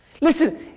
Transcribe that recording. Listen